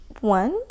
one